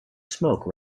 smoke